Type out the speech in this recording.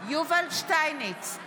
יובל שטייניץ,